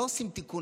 לא עושים תיקון